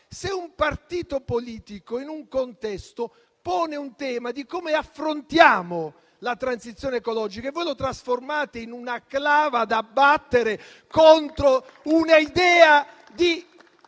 Se un partito politico, in un contesto, pone un tema di come affrontare la transizione ecologica e voi lo trasformate in una clava da abbattere contro una idea di